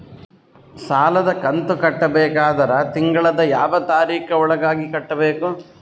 ಸಾಲದ ಕಂತು ಕಟ್ಟಬೇಕಾದರ ತಿಂಗಳದ ಯಾವ ತಾರೀಖ ಒಳಗಾಗಿ ಕಟ್ಟಬೇಕು?